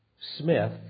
Smith